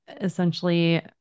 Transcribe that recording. essentially